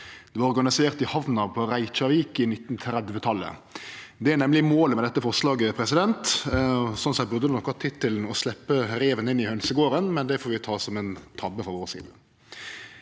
det var organisert i hamna i Reykjavik på 1930-talet. Det er nemleg målet med dette forslaget. Slik sett burde det nok hatt tittelen «Å sleppe reven inn i hønsegarden», men det får vi ta som ein tabbe frå vår side.